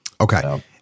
Okay